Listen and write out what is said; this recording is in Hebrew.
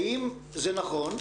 האם זה נכון,